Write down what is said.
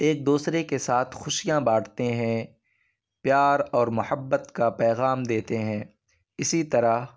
ایک دوسرے کے ساتھ خوشیاں بانٹتے ہیں پیار اور محبت کا پیغام دیتے ہیں اسی طرح